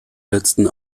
letzten